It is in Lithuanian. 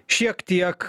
šiek tiek